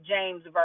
James